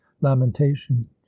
lamentation